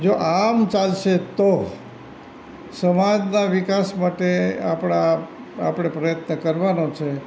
જો આમ ચાલશે તો સમાજના વિકાસ માટે આપણા આપણે પ્રયત્ન કરવાનો છે